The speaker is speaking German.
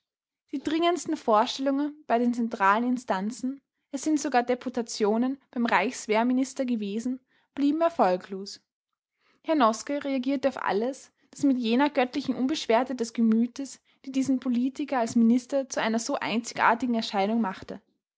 die dringendsten vorstellungen bei den zentralen instanzen es sind sogar deputationen beim reichswehrminister gewesen blieben erfolglos herr noske reagierte auf alles das mit jener göttlichen unbeschwertheit des gemütes die diesen politiker als minister zu einer so einzigartigen erscheinung machte